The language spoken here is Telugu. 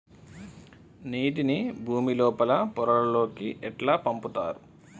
నీటిని భుమి లోపలి పొరలలోకి ఎట్లా పంపుతరు?